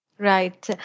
Right